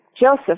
Joseph